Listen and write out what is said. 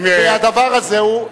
והדבר הזה הוא,